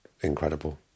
incredible